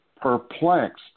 perplexed